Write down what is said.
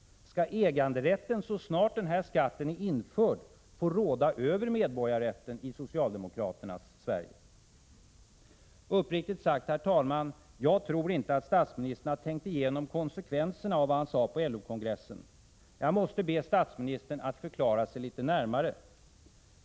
Skall äganderätten så snart denna skatt är införd få råda över medborgarrätten i socialdemokraternas Sverige? Uppriktigt sagt, herr talman, tror jag inte statsministern har tänkt igenom konsekvenserna av vad han sade på LO-kongressen. Jag måste be statsministern att förklara sig litet närmare.